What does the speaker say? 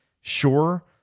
sure